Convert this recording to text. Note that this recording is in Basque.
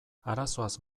arazoaz